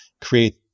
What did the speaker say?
create